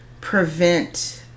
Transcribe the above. prevent